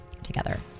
together